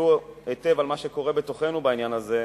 יסתכלו היטב על מה שקורה בתוכנו בעניין הזה,